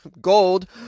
gold